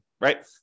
right